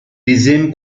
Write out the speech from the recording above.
bizim